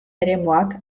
eremuak